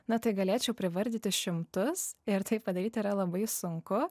na tai galėčiau privardyti šimtus ir tai padaryti yra labai sunku